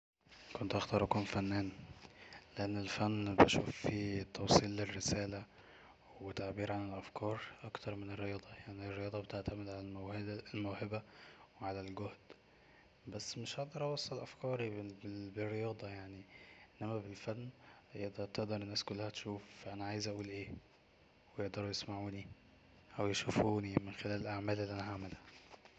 كنت هختار اكون فنان لان الفن بشوف فيه توصيل للرسالة وتعبير عن الافكار اكتر من الرياضة يعني الرياضة بتعتمد على الموهبة وعلى الجهد بس مش هقدر اوصل افكاري بال بالرياضة يعني انما بالفن تقدر الناس كلها تشوف انا عايز اقول اي ويقدرو يسمعوني او يشوفوني من خلال اعمالي اللي انا هعملها